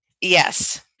Yes